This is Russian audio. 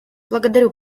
благодарю